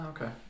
okay